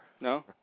No